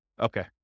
Okay